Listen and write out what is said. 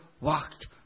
walked